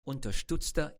unterstützte